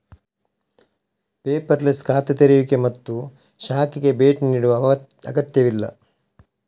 paperless ಖಾತೆ ತೆರೆಯುವಿಕೆ ಮತ್ತು ಶಾಖೆಗೆ ಭೇಟಿ ನೀಡುವ ಅಗತ್ಯವಿಲ್ಲ